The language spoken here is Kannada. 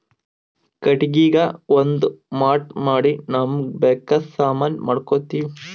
ಕಟ್ಟಿಗಿಗಾ ಒಂದ್ ಮಾಟ್ ಮಾಡಿ ನಮ್ಮ್ಗ್ ಬೇಕಾದ್ ಸಾಮಾನಿ ಮಾಡ್ಕೋತೀವಿ